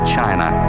China